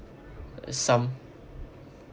some